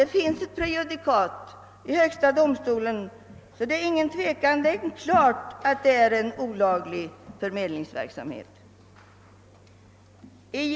Det finns ett prejudikat från högsta domstolen som klart visar att deras förmedlingsverksamhet är olaglig.